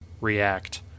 React